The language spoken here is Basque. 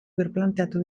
birplanteatu